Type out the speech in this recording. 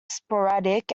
sporadic